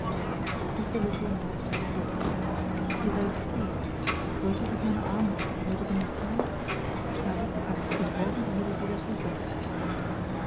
letourneur fährt fort ihr seid zehn sollten euch meine arme nicht für heute genug sein schneidet sie ab und morgen erhaltet ihr das uebrige